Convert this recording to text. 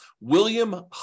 William